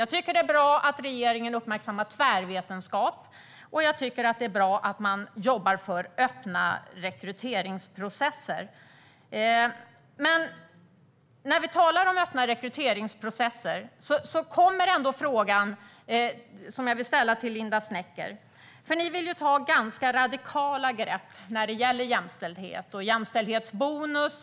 Jag tycker att det är bra att regeringen uppmärksammar tvärvetenskap, och jag tycker att det är bra att man jobbar för öppna rekryteringsprocesser. När vi talar om öppna rekryteringsprocesser kommer ändå denna fråga, som jag vill ställa till Linda Snecker. Ni vill ta radikala grepp om jämställdhet och jämställdhetsbonus.